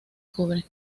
cobre